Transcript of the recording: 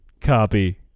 copy